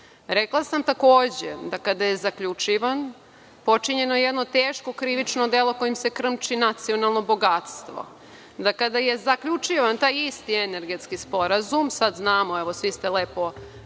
Rekla sam takođe da kada je zaključivan počinjeno je jedno teško krivično delo kojim se krčmi nacionalno bogatstvo. Kada je zaključivan taj isti Energetski sporazum, sada znamo, svi ste lepo